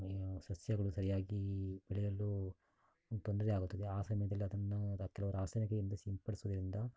ಸಸ್ಯಗಳು ಸರಿಯಾಗಿ ಬೆಳೆಯಲು ತೊಂದರೆಯಾಗುತ್ತದೆ ಆ ಸಮಯದಲ್ಲಿ ಅದನ್ನು ಕೆಲವು ರಾಸಾಯನಿಕಯಿಂದ ಸಿಂಪಡಿಸುವುದರಿಂದ